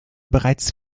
bereits